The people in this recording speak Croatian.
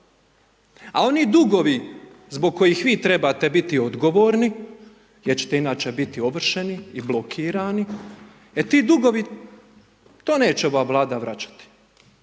A oni dugovi, zbog kojih vi trebate biti odgovorni, jer ćete inače biti ovršeni i blokirani, e ti dugovi, to neće ova vlada vraćati,